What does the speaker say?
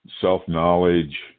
self-knowledge